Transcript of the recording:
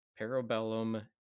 parabellum